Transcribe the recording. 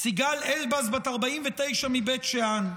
סיגל אלבז, בת 49, מבית שאן,